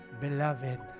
beloved